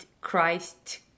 Christ